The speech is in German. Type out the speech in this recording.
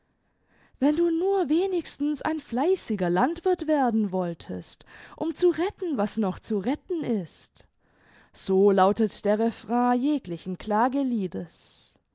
wenn du nur wenigstens ein fleißiger landwirth werden wolltest um zu retten was noch zu retten ist so lautet der refrain jeglichen